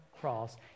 cross